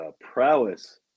Prowess